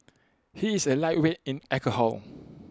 he is A lightweight in alcohol